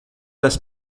das